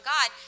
God